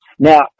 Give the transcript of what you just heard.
Now